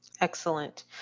Excellent